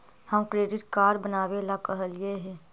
हम credit card बनावे ला कहलिऐ हे?